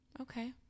Okay